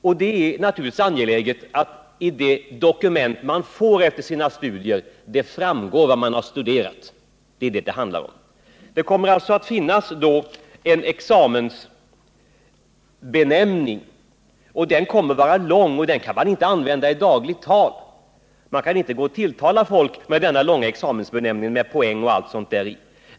Och det är naturligtvis angeläget att det av det dokument man får efter sina studier framgår vad man studerat. Det är detta det handlar om. Det kommer alltså att finnas en sådan examensbenämning. Den kommer att vara lång, och den kan inte användas i dagligt tal. Man kan inte gå och tilltala folk med denna långa examensbenämning med poäng och allt sådant.